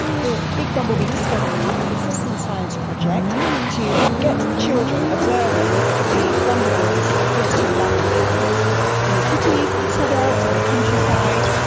the big bumblebee discovery is a citizen science project to get children observing the bumblebees visiting lavender plants in cities, in suburbs, in the countryside,